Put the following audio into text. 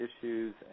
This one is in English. issues